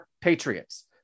Patriots